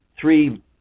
three